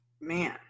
man